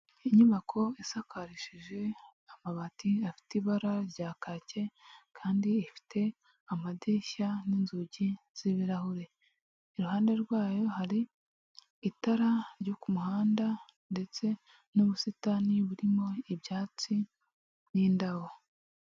Inyubako isakarishijeje amabati afite ibara rya kake kandi ifite amadirishya n'inzugi z'ibirahure. Iruhande rwayo hari itara ryo muhanda ndetse n'ubusitani burimo ibyatsi n'indabo.